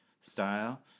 style